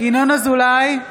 ינון אזולאי,